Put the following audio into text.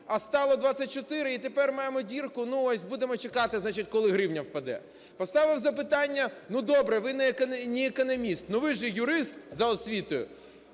а стало 24, і тепер маємо "дірку", ну, ось, будемо чекати, значить, коли гривня впаде. Поставив запитання: ну, добре, ви не економіст, але ви ж юрист за освітою.